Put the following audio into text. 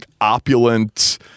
opulent